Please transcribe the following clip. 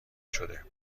شده